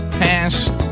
past